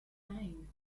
time